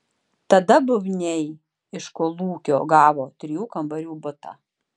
tada bubniai iš kolūkio gavo trijų kambarių butą